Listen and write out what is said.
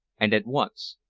and at once.